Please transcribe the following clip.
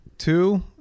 two